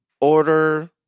order